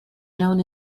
known